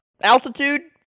altitude